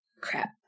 Crap